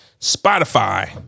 Spotify